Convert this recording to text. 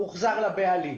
שהחוזר לבעלים.